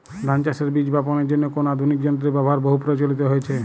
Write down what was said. ধান চাষের বীজ বাপনের জন্য কোন আধুনিক যন্ত্রের ব্যাবহার বহু প্রচলিত হয়েছে?